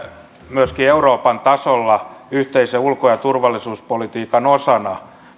myöskin euroopan tasolla yhteisen ulko ja turvallisuuspolitiikan osana